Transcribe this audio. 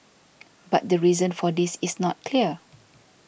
but the reason for this is not clear